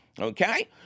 Okay